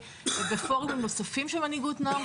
ובפורומים נוספים של מנהיגות נוער,